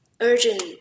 urgent